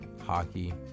hockey